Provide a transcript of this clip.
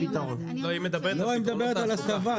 לא, היא מדברת על הסבה.